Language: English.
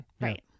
Right